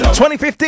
2015